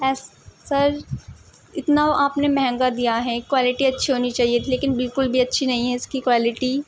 S sir اتنا آپ نے مہنگا دیا ہے کوالٹی اچھی ہونی چاہیے تھی لیکن بالکل بھی اچھی نہیں ہے اس کی کوالٹی